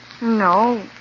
No